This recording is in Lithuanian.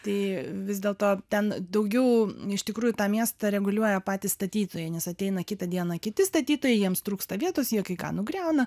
tai vis dėl to ten daugiau iš tikrųjų tą miestą reguliuoja patys statytojai nes ateina kitą dieną kiti statytojai jiems trūksta vietos jie kai ką nugriauna